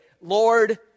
Lord